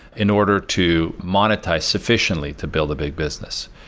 in order to monetize sufficiently to build a big business.